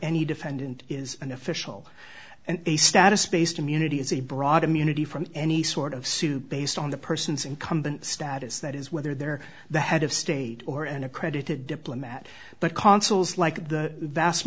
any defendant is an official and a status based immunity is a broad immunity from any sort of suit based on the person's incumbent status that is whether they're the head of state or an accredited diplomat but consuls like the vast